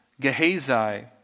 Gehazi